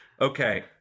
Okay